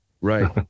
Right